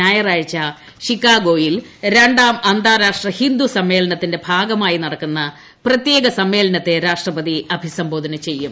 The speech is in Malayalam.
ഞായറാഴ്ച ചിക്കാഗോയിൽ രണ്ടാം അന്താരാഷ്ട്ര ഹിന്ദു സമ്മേളനത്തിന്റെ ഭാഗമായി നടക്കുന്ന പ്രത്യേക സമ്മേളനത്തെ രാഷ്ട്രപതി അഭിസംബോധന ചെയ്യും